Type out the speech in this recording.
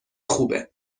خوبه